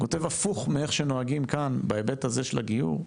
כותב הפוך מאיך שנוהגים כאן בהיבט הזה של הגיור,